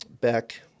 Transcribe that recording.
back